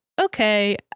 okay